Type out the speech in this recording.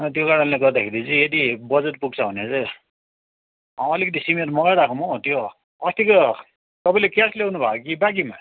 त्यो कारणले गर्दाखेरि चाहिँ यदि बजेट पुग्छ भने चाहिँ अलिकति सिमेन्ट मगाइराखौँ हो त्यो अस्तिको तपाईँले क्यास ल्याउनुभयो कि बाँकीमा